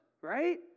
right